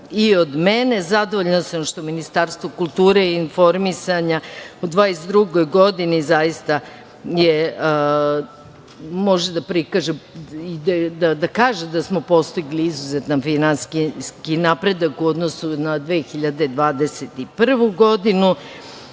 i od mene. Zadovoljna sam što Ministarstvo kulture i informisanja u 2022. godini zaista može da prikaže i da kaže da smo postigli izuzetno finansijski napredak u odnosu na 2021. godinu. Dobili